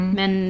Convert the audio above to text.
Men